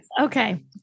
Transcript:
okay